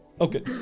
Okay